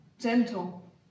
gentle